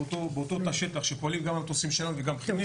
באותו תא שטח שפועלים גם המטוסים שלנו וגם כימניר,